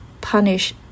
punish